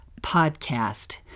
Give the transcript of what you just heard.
podcast